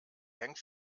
hängt